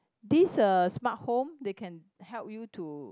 this uh smart home they can help you to